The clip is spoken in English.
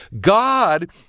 God